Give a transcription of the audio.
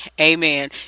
amen